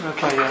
Okay